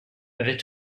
avait